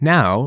Now